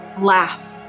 laugh